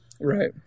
Right